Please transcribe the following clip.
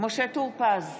משה טור פז,